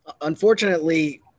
Unfortunately